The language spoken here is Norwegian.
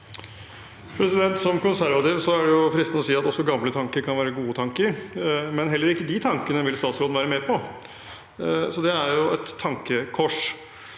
Som konservativ er det fristende å si at også gamle tanker kan være gode tanker, men heller ikke de tankene vil statsråden være med på. Det er jo et tankekors.